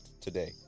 today